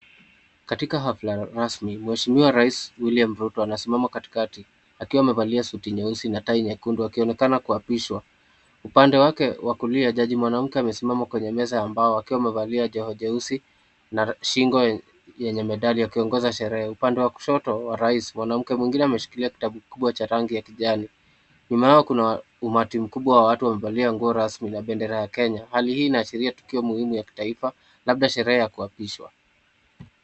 Katika hafla rasmi, Mheshimiwa Rais William Ruto anasimama katikati, akiwa amevalia suti nyeusi na tai nyekundu, akionekana kuapishwa. Upande wake wa kulia, jaji mwanamke amesimama kwenye meza ambapo akiwa amevalia joho jeusi na shingo yenye medali akiongoza sherehe. Upande wa kushoto wa rais, mwanamke mwingine ameshikilia kitabu kikubwa cha rangi ya kijani. Nyuma yao, kuna umati mkubwa wa watu wamevalia nguo rasmi na bendera ya Kenya. Hali hii inaashiria tukio muhimu la kitaifa, labda sherehe ya kuapishwa.